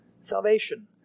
Salvation